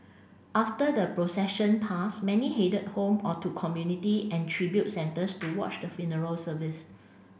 after the procession pass many headed home or to community and tribute centres to watch the funeral service